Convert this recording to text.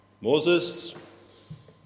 Moses